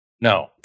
No